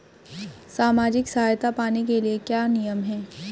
सामाजिक सहायता पाने के लिए क्या नियम हैं?